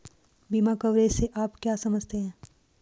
बीमा कवरेज से आप क्या समझते हैं?